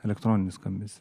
elektroninį skambesį